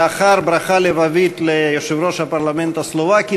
לאחר ברכה לבבית ליושב-ראש הפרלמנט הסלובקי,